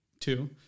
two